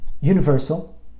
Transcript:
universal